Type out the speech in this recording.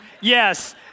Yes